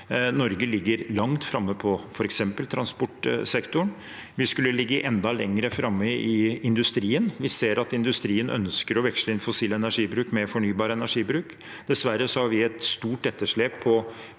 Norge ligger langt framme på f.eks. transportsektoren. Vi skulle ligget enda lenger framme i industrien. Vi ser at industrien ønsker å veksle inn fossil energibruk med fornybar energibruk. Dessverre har vi et stort etterslep på